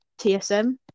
TSM